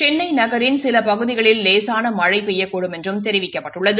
சென்னை நகரின் சில பகுதிகளில் லேசான மழை பெய்யக்கூடும் என்றும் தெரிவிக்கப்பட்டுள்ளது